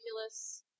ridiculous